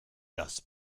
das